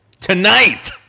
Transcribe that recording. tonight